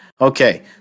Okay